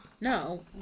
no